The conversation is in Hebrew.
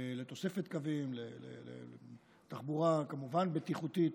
לתוספת קווים, לתחבורה בטיחותית